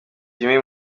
jimmy